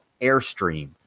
Airstream